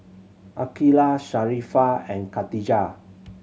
Aqilah Sharifah and Khatijah